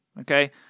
Okay